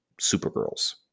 Supergirls